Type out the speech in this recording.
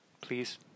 Please